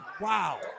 Wow